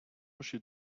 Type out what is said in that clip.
she